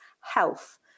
health